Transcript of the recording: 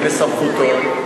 הם בסמכותו,